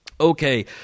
Okay